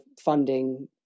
funding